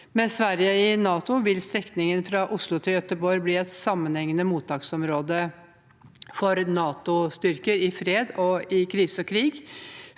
Med Sverige i NATO vil strekningen fra Oslo til Göteborg bli et sammenhengende mottaksområde for NATO-styrker i fred, krise og krig